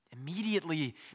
Immediately